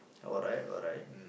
alright alright